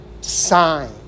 sign